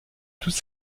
toute